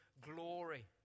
glory